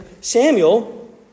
Samuel